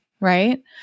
right